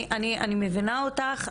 אני מבינה אותך.